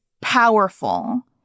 powerful